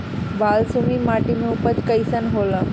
बालसुमी माटी मे उपज कईसन होला?